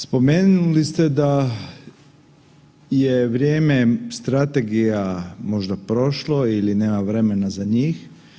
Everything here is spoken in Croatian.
Spomenuli ste da je vrijeme strategija možda prošlo ili nema vremena za njih.